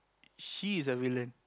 she is a villain